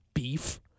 Beef